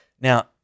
Now